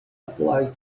applies